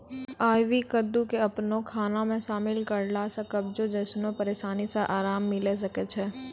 आइ.वी कद्दू के अपनो खाना मे शामिल करला से कब्जो जैसनो परेशानी से अराम मिलै सकै छै